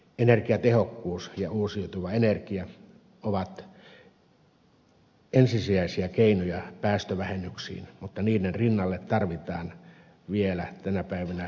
energiatehokkuus ja uusiutuva energia ovat ensisijaisia keinoja päästövähennyksiin mutta niiden rinnalle tarvitaan vielä tänä päivänä lisää ydinvoimaa